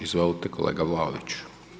Izvolite, kolega Vlaović.